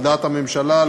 על דעת הממשלה,